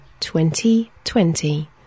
2020